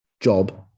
job